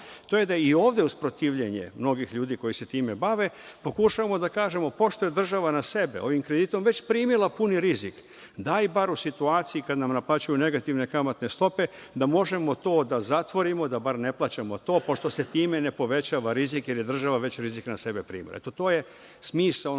to je da je i ovde usprotivljenje mnogih ljudi koji se time bave. Pokušavamo da kažemo pošto je država na sebe ovim kreditom već primila puni rizik, daj bar u situaciji kada nam naplaćuju negativne kamatne stope, da možemo to da zatvorimo da bar ne plaćamo to, pošto se time ne povećava rizik, jer je država već rizik na sebe primila. To je smisao